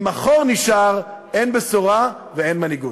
אם החור נשאר, אין בשורה ואין מנהיגות.